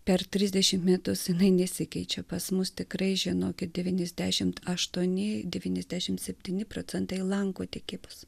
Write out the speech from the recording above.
per trisdešimt metus jinai nesikeičia pas mus tikrai žino kad devyniasdešimt aštuoni devyniasdešimt septyni procentai lanko tikyba